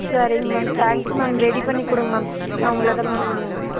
சரிங்க ma'am thank you ma'am ready பண்ணிக் கொடுங்க மேம் நான் உங்களை தான் மேம்